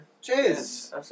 Cheers